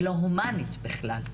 ולא הומנית בכלל.